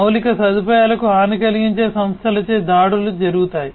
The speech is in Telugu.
మౌలిక సదుపాయాలకు హాని కలిగించే సంస్థలచే దాడులు జరుగుతాయి